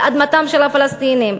על אדמתם של הפלסטינים.